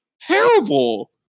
Terrible